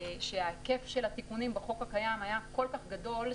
שההיקף של התיקונים בחוק הקיים היה כל כך גדול,